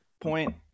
point